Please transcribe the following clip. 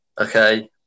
Okay